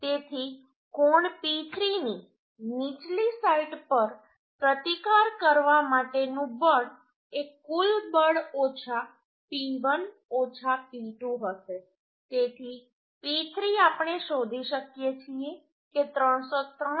તેથી કોણ P3 ની નીચલી સાઇટ પર પ્રતિકાર કરવા માટેનું બળ એ કુલ બળ ઓછા P1 ઓછા P2 હશે તેથી P3 આપણે શોધી શકીએ છીએ કે 303